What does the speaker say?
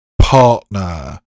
partner